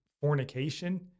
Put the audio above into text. fornication